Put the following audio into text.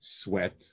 sweat